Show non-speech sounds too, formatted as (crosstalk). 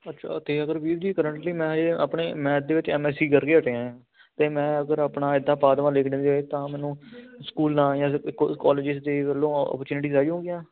ਅੱਛਾ ਅਤੇ ਅਗਰ ਵੀਰ ਜੀ ਕਰੰਟਲੀ ਮੈਂ ਹਜੇ ਆਪਣੇ ਮੈਥ ਦੇ ਵਿੱਚ ਐਮਐਸਈ ਕਰਕੇ ਹਟਿਆ ਹਾਂ ਅਤੇ ਮੈਂ ਅਗਰ ਆਪਣਾ ਇੱਦਾਂ ਪਾ ਦੇਵਾਂ ਲਿਕਡਇਨ ਤਾਂ ਮੈਨੂੰ ਸਕੂਲਾਂ ਜਾਂ ਕਾਲਜਜ ਦੇ ਵੱਲੋਂ ਓਪਰਚੁਨੀਟੀ (unintelligible) ਆਉਣਗੀਆਂ